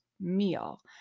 meal